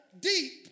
deep